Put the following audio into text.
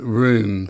room